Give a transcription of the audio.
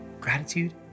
gratitude